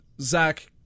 Zach